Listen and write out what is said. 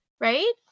right